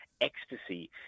ecstasy